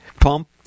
Pump